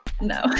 No